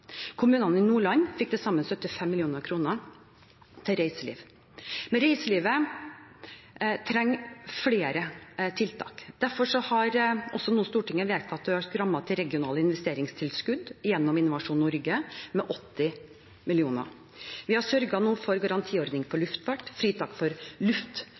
Kommunene i Nordland fikk til sammen 75 mill. kr til reiseliv. Reiselivet trenger flere tiltak. Derfor har Stortinget nå vedtatt å øke rammen til regionale investeringstilskudd gjennom Innovasjon Norge med 80 mill. kr. Vi har sørget for garantiordning for luftfart, fritak for